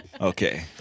Okay